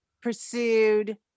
pursued